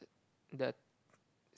the